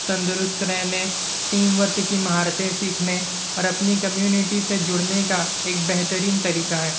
تندرست رہنے team work کی مہارتیں سیکھنے اور اپنی کمیونٹی سے جڑنے کا ایک بہترین طریقہ ہے